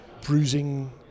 bruising